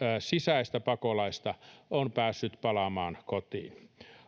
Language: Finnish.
sisäistä pakolaista on päässyt palaamaan kotiin